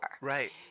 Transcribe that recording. Right